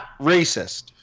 racist